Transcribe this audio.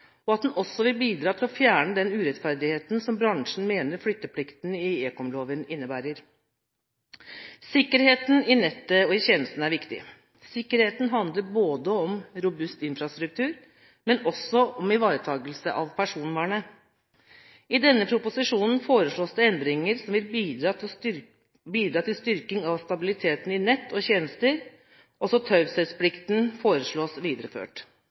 og at den også vil bidra til å fjerne den urettferdigheten som bransjen mener flytteplikten i ekomloven innebærer. Sikkerheten i nettet og i tjenestene er viktig. Sikkerhet handler både om en robust infrastruktur og om ivaretakelse av personvernet. I denne proposisjonen forslås det endringer som vil bidra til styrking av stabiliteten i nett og tjenester. Også taushetsplikten foreslås videreført.